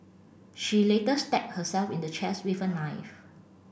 she later stabbed herself in the chest with a knife